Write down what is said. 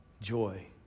joy